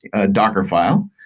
a docker file,